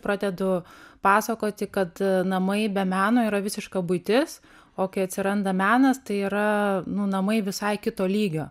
pradedu pasakoti kad namai be meno yra visiška buitis o kai atsiranda menas tai yra nu namai visai kito lygio